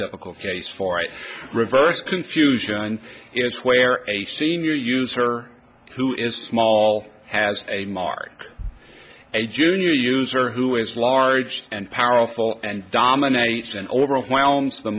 prototypical case for it reverse confusion is where a senior user who is small has a mark a junior user who is large and powerful and dominates and overwhelms the